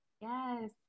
Yes